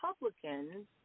republicans